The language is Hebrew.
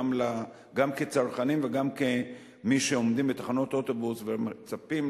גם כצרכנים וגם כמי שעומדים בתחנות אוטובוס ומצפים